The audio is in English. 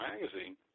magazine